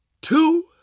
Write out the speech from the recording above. two